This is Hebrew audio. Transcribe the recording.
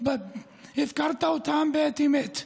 את זה אתם עושים,